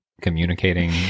communicating